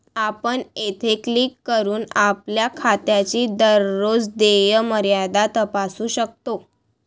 आपण येथे क्लिक करून आपल्या खात्याची दररोज देय मर्यादा तपासू शकता